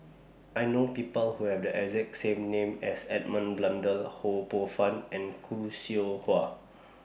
I know People Who Have The exact name as Edmund Blundell Ho Poh Fun and Khoo Seow Hwa